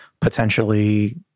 potentially